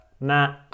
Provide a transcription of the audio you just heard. Nah